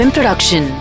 Production